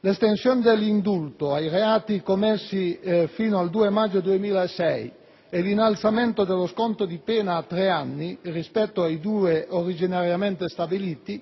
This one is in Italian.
L'estensione dell'indulto ai reati commessi fino al 2 maggio 2006 e l'innalzamento dello «sconto» di pena a tre anni, rispetto ai due originariamente stabiliti,